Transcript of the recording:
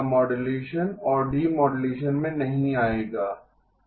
यह मॉड्यूलेशन और डिमॉड्यूलेशन में नहीं आएगा